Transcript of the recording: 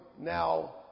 now